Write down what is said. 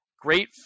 Great